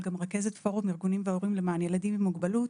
אבל אני גם רכזת פורום ארגונים והורים למען ילדים עם מוגבלות.